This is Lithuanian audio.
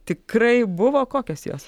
tikrai buvo kokios jos